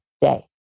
day